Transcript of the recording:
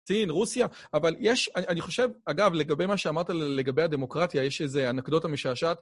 סין, רוסיה, אבל יש, אני חושב, אגב, לגבי מה שאמרת לגבי הדמוקרטיה, יש איזה אנקדוטה משעשעת.